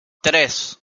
tres